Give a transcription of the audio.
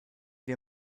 wir